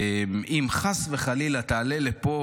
אם חס וחלילה תעלה לפה